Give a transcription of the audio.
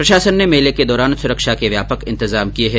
प्रशासन ने मेले के दौरान सुरक्षा के व्यापक इंतजाम किए है